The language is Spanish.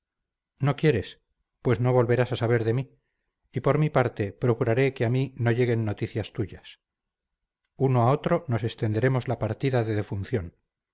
no quieres pues no volverás a saber de mí y por mi parte procuraré que a mí no lleguen noticias tuyas uno a otro nos extenderemos la partida de defunción